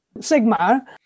sigma